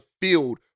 field